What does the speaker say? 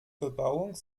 bebauung